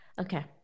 Okay